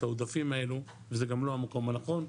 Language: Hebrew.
העודפים האלה וזה גם לא המקום הנכון'.